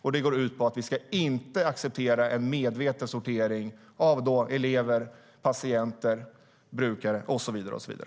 Och det går ut på att vi inte ska acceptera en medveten sortering av elever, patienter, brukare och så vidare.